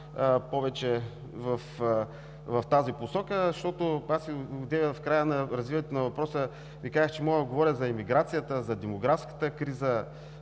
повече в тази посока, защото аз и одеве в края на развиването на въпроса Ви казах, че мога да говоря за емиграцията, за демографската криза,